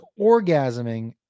orgasming